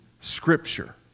scripture